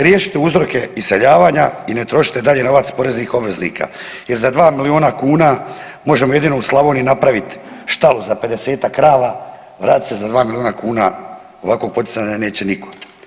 Riješite uzroke iseljavanja i ne trošite dalje novac poreznih obveznika jer za 2 milijuna kuna možemo jedino u Slavoniji napravit štalu za 50-ak krava, vratit se za 2 milijuna kuna ovakvog poticanja neće niko.